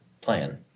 plan